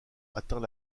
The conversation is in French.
atteint